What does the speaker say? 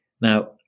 Now